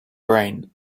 brain